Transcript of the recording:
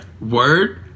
Word